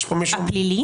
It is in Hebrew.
פלילי